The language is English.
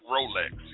Rolex